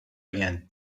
again